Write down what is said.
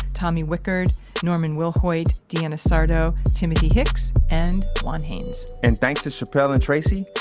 tommy wickerd, norman willhoite, deanna sardo, timothy hicks, and juan haines and thanks to chapple and tracy,